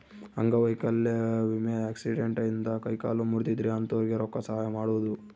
ಅಂಗವೈಕಲ್ಯ ವಿಮೆ ಆಕ್ಸಿಡೆಂಟ್ ಇಂದ ಕೈ ಕಾಲು ಮುರ್ದಿದ್ರೆ ಅಂತೊರ್ಗೆ ರೊಕ್ಕ ಸಹಾಯ ಮಾಡೋದು